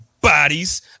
Bodies